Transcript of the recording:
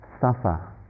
suffer